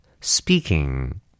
Speaking